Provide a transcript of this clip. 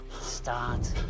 Start